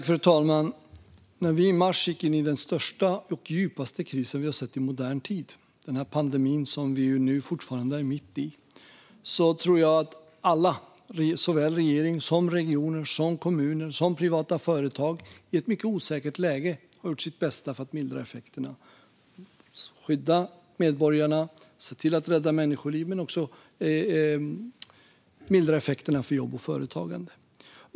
Fru talman! I mars gick vi in i den största och djupaste kris vi sett i modern tid, den pandemi som vi fortfarande är mitt i. Jag tror att alla, såväl regering som regioner, kommuner och privata företag, i ett mycket osäkert läge har gjort sitt bästa för att mildra effekterna och skydda medborgarna. Det handlar om att rädda människoliv men också mildra effekterna för jobb och företagande.